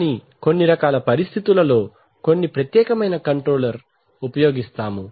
కానీ కొన్ని రకాల పరిస్తితులలో కొన్ని ప్రత్యేకమైన కంట్రోలర్ ఉపయోగిస్తాము